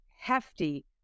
hefty